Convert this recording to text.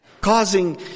Causing